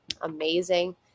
amazing